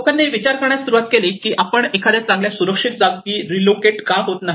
लोकांनी विचार करण्यास सुरुवात केली की आपण एखाद्या चांगल्या सुरक्षित जागी रीलोकेट का होत नाही